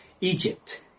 Egypt